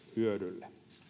hyödylle